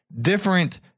different